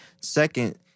Second